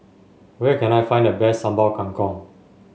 where can I find the best Sambal Kangkong